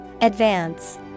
Advance